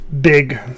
big